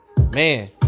man